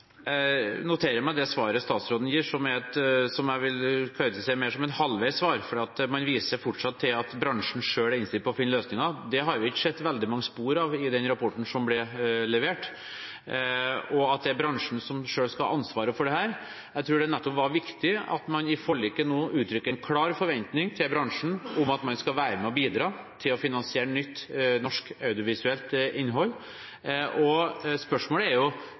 Jeg noterer meg det svaret statsråden gir, som jeg vil karakterisere mer som et halvveis svar, for man viser fortsatt til at bransjen selv er innstilt på å finne løsninger. Det har vi ikke sett veldig mange spor av i den rapporten som ble levert, at det er bransjen som selv skal ha ansvaret for dette. Jeg tror det nettopp er viktig at man i forliket nå uttrykker en klar forventning til bransjen om at man skal være med og bidra til å finansiere nytt norsk audiovisuelt innhold. Spørsmålet er